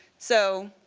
so